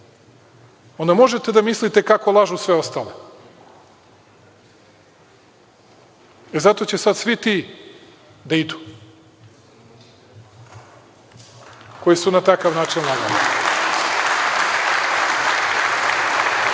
onda možete da mislite kako lažu sve ostale. Zato će sad svi ti da idu koji su na takav način